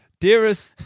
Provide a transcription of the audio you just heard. Dearest